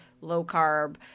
low-carb